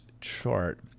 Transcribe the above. chart